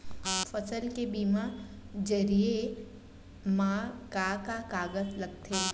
फसल के बीमा जरिए मा का का कागज लगथे?